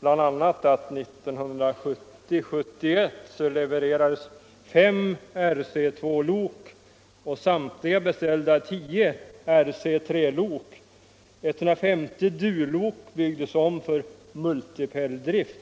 bl.a. att 1970/71 levererades 5 Rc2-lok och samtliga beställda 10 Re3-lok. 150 Du-lok byggdes om för multipeldrift.